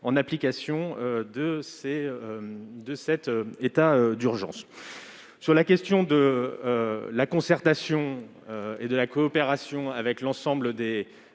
en application de cet état d'urgence. Ensuite, sur la question de la concertation et de la coopération avec les